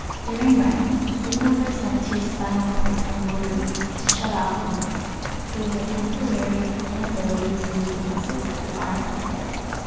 during rem, the signals are sent to your spinal cord and motor neurons to shut off movement creating a temporary inability to move the muscles of your arms and legs.